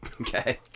okay